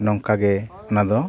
ᱱᱚᱝᱠᱟᱜᱮ ᱚᱱᱟ ᱫᱚ